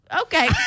Okay